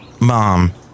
Mom